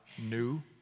new